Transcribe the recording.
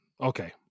Okay